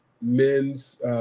men's